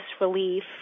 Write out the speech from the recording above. relief